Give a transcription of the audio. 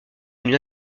d’une